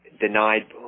denied